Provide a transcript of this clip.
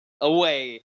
away